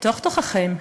בתוך תוככם,